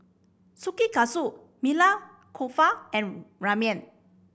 Kushikatsu Maili Kofta and Ramen